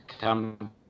come